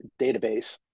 database